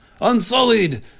Unsullied